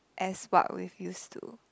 as what we've used to